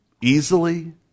easily